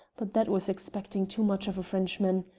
but that was expecting too much of a frenchman.